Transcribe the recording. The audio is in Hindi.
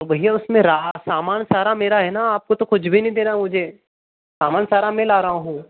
तो भैया उसमें रा सामान सारा मेरा है ना आप को तो कुछ भी नहीं देना मुझे सामान सारा मैं ला रहा हूँ